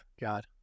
God